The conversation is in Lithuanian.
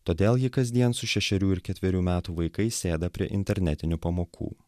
todėl ji kasdien su šešerių ir ketverių metų vaikais sėda prie internetinių pamokų